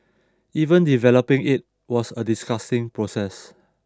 even developing it was a disgusting process